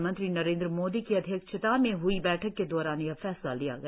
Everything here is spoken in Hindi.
प्रधानमंत्री नरेंद्र मोदी की अध्यक्षता में हई बैठक के दौरान यह फैसला लिया गया